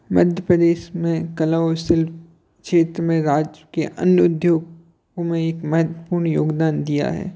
मध्य प्रदेश में कला और शिल्प क्षेत्र में राज्य के अन्य उद्योगों में एक महत्वपूर्ण योगदान दिया है